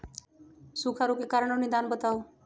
सूखा रोग के कारण और निदान बताऊ?